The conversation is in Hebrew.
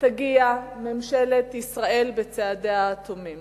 תגיע ממשלת ישראל בצעדיה האטומים